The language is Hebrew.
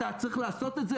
אתה צריך לעשות את זה,